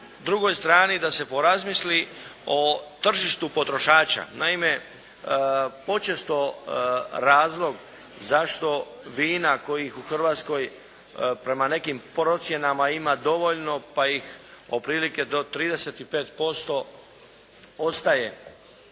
drugoj strani da se razmisli o tržištu potrošača. Naime, počesto razlog zašto vina kojih u Hrvatskoj prema nekim procjenama ima dovoljno, pa i otprilike do 35% ostaje